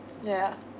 ya